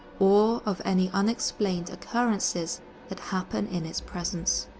or of any unexplained occurrences that happen in it presence.